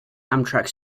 amtrak